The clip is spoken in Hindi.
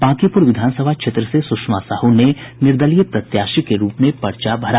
बांकीपुर विधानसभा क्षेत्र से सुषमा साहु ने निर्दलीय प्रत्याशी के रूप में पर्चा भरा